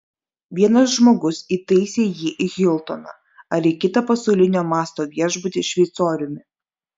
vienas žmogus įtaisė jį į hiltoną ar į kitą pasaulinio masto viešbutį šveicoriumi